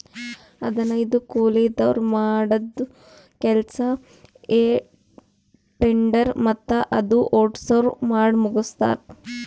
ಹದನೈದು ಕೂಲಿದವ್ರ್ ಮಾಡದ್ದ್ ಕೆಲ್ಸಾ ಹೆ ಟೆಡ್ಡರ್ ಮತ್ತ್ ಅದು ಓಡ್ಸವ್ರು ಮಾಡಮುಗಸ್ತಾರ್